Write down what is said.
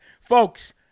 Folks